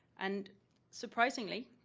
and surprisingly,